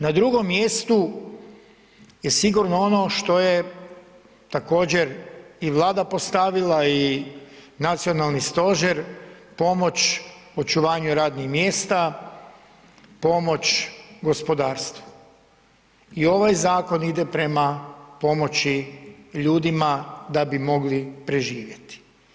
Na drugom mjestu je sigurno ono što je također i Vlada postavila i Nacionalni stožer, pomoć očuvanju radnih mjesta, pomoć gospodarstvu i ovaj zakon ide prema pomoći ljudima da bi mogli preživjeti.